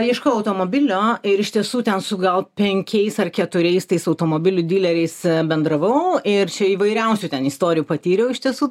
ieškojau automobilio ir iš tiesų ten su gal penkiais ar keturiais tais automobilių dileriais bendravau ir čia įvairiausių ten istorijų patyriau iš tiesų